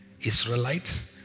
Israelites